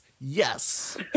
Yes